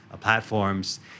platforms